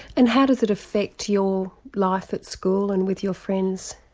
and how does it affect your life at school and with your friends?